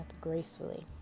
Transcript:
gracefully